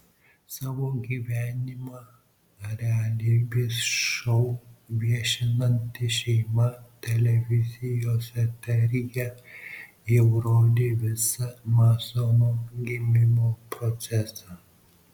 savo gyvenimą realybės šou viešinanti šeima televizijos eteryje jau rodė visą masono gimimo procesą